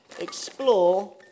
explore